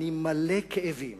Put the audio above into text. אני מלא כאבים.